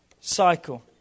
cycle